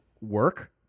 work